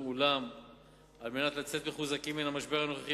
אולם כדי לצאת מחוזקים מן המשבר הנוכחי,